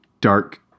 dark